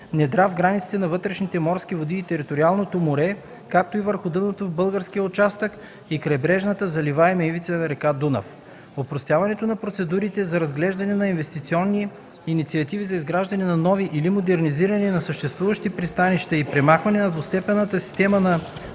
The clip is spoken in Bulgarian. недра в границите на вътрешните морски води и териториалното море, както и върху дъното в българския участък и крайбрежната заливаема ивица на река Дунав. Опростяването на процедурите за разглеждане на инвестиционни инициативи за изграждане на нови или модернизиране на съществуващи пристанища и премахване на двустепенната система на